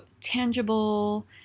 tangible